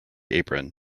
apron